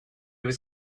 was